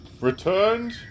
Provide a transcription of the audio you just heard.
returned